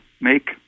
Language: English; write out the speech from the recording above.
make